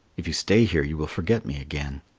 if you stay here, you will forget me again.